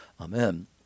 Amen